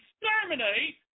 exterminate